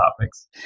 topics